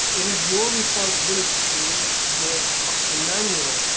it is your responsibility to read the fucking manual,